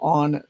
on